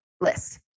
list